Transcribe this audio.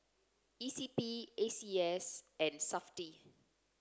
E C P A C S and SAFTI